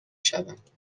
شوند